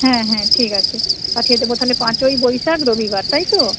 হ্যাঁ হ্যাঁ ঠিক আছে পাঠিয়ে দেবো তাহলে পাঁচই বৈশাখ রবিবার তাই তো